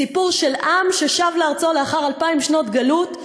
סיפור של עם ששב לארצו לאחר אלפיים שנות גלות.